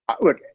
Look